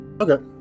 Okay